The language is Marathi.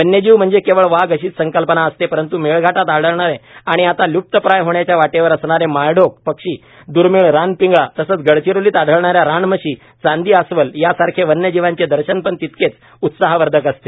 वन्यजीव म्हणजे केवळ वाघ अशीच संकल्पना असते परंतू मेळघाटात आढळणारे आणि आता ल्प्तप्राय होण्याच्या वाटेवर असणारे माळढोक पक्षी द्र्मिळ रानपिंगळा तसेच गडचिरोलीत आढळणा या रानम्हशीचांदी अस्वल यासारखे वन्यजीवाचे दर्शन पण तितकेच उत्साहवर्धक असते